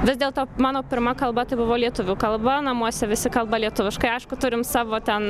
vis dėlto mano pirma kalba tai buvo lietuvių kalba namuose visi kalba lietuviškai aišku turim savo ten